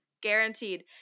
Guaranteed